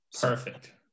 Perfect